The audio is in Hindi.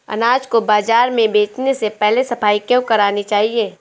अनाज को बाजार में बेचने से पहले सफाई क्यो करानी चाहिए?